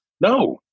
no